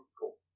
Cool